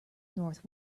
north